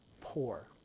poor